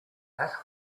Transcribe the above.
that